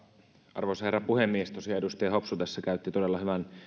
arvoisa herra puhemies tosiaan edustaja hopsu tässä käytti todella hyvän